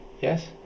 Yes